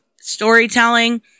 storytelling